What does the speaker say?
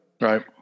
Right